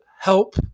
help